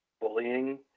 bullying